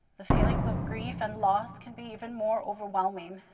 the feelings of grief and loss can be even more overwhelming.